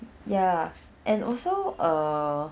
ya and also err